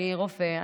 אני רופא,